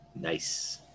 Nice